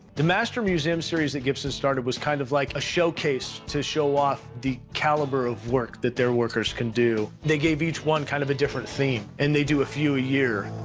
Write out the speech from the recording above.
the master museum series that gibson started was kind of like a showcase to show off the caliber of work that their workers can do. they gave each one kind of a different theme. and they do a few a year.